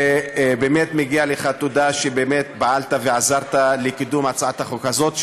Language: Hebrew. ובאמת מגיעה לך תודה על שפעלת ועזרת לקידום הצעת החוק הזאת,